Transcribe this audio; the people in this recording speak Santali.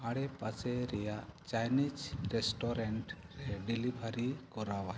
ᱟᱲᱮᱯᱟᱥᱮ ᱨᱮᱱᱟᱜ ᱪᱟᱭᱱᱤᱡᱽ ᱨᱮᱥᱴᱩᱨᱮᱱᱴ ᱨᱮ ᱰᱮᱞᱤᱵᱷᱟᱨᱤ ᱠᱚᱨᱟᱣᱟᱭ